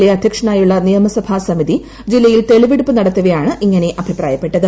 A അധ്യക്ഷനായുളള നിയമസഭാ സമിതി ജില്ലയിൽ തെളിവെടുപ്പ് നടത്തവെയാണ് ഇങ്ങനെ അഭിപ്രായപ്പെട്ടത്